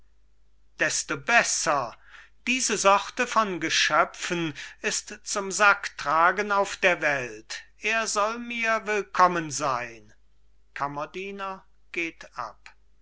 desto besser diese sorte von geschöpfen ist zum sacktragen auf der welt er soll mir willkommen sein kammerdiener